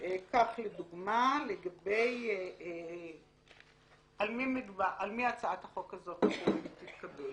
כך לדוגמה, על מי הצעת החוק הזו תחול אם תתקבל?